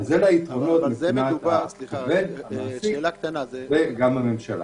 אלה היתרונות לעובד ולמעסיק וגם לממשלה.